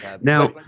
Now